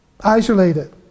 isolated